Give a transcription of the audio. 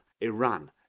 Iran